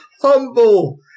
humble